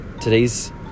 Today's